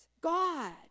God